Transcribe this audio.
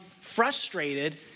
frustrated